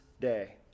day